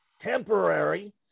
temporary